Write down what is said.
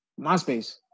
MySpace